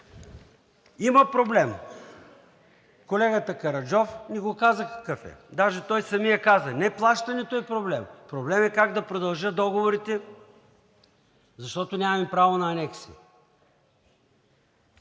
Има проблем. Колегата Караджов ни го каза какъв е, даже самият той каза: „Не плащането е проблем, проблемът е как да продължа договорите, защото нямаме право на анекси“,